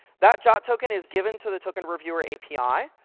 that jwt token is given to the tokenreviewer api.